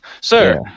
sir